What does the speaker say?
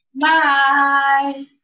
bye